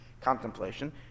contemplation